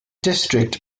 district